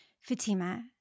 Fatima